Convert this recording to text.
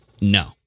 No